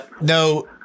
No